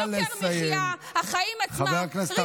כי אחים אנחנו.